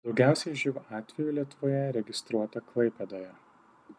daugiausiai živ atvejų lietuvoje registruota klaipėdoje